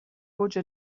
اوج